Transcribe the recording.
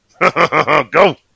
Go